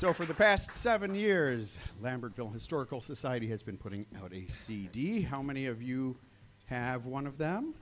so for the past seven years lambertville historical society has been putting out a cd how many of you have one of them